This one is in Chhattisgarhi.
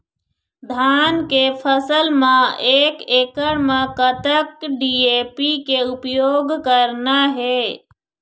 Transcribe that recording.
धान के फसल म एक एकड़ म कतक डी.ए.पी के उपयोग करना हे?